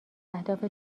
اهداف